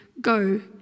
Go